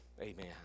amen